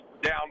down